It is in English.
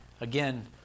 Again